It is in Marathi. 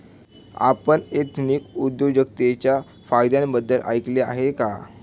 आपण एथनिक उद्योजकतेच्या फायद्यांबद्दल ऐकले आहे का?